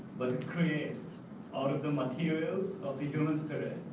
but to create out of the materials of the human spirit,